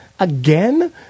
Again